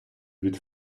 від